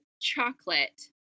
chocolate